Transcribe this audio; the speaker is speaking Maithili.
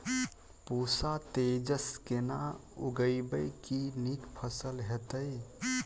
पूसा तेजस केना उगैबे की नीक फसल हेतइ?